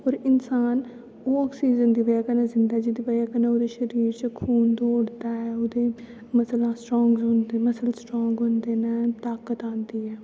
और इंसान ओह् आक्सीजन दी बजह् कन्नै जींदा जेह्दी बजह् कन्नै उं'दा शरीर च खून दौड़दा ऐ ओह्दे मस्सलां स्ट्रांगज होंदे मस्सल्स स्ट्रांग होंदे न ताकत औंदी ऐ